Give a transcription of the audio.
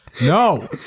No